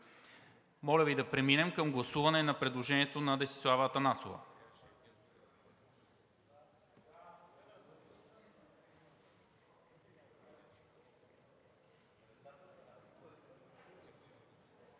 Моля Ви да преминем към гласуване на предложението на Десислава Атанасова.